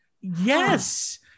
Yes